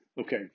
Okay